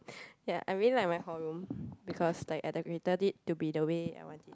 ya I really like my hall room because like I decorated it to be the way I want